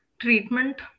treatment